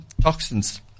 toxins